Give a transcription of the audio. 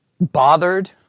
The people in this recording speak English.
bothered